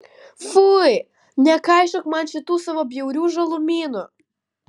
fui nekaišiok man šitų savo bjaurių žalumynų